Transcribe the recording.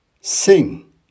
Sing